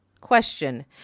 Question